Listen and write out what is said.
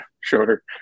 shorter